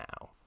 now